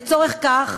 לצורך כך,